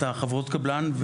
את חברות הקבלן,